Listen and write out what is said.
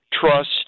trust